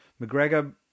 McGregor